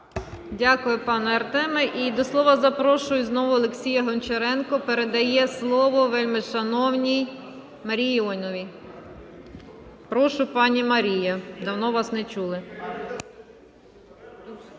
Дякую, пане Артеме. І до слова запрошую знову Олексія Гончаренка. Передає слово вельмишановній Марії Іоновій. Прошу, пані Марія. Давно вас не чули.